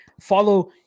Follow